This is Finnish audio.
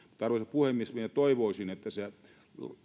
puhemies minä toivoisin että se